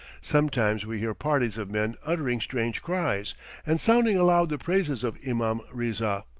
sometimes we hear parties of men uttering strange cries and sounding aloud the praises of imam riza,